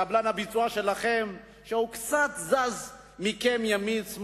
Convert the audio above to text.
קבלן הביצוע שלכם, שקצת זז מכם ימינה,